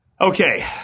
Okay